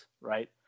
right